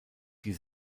die